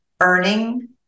earning